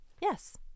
Yes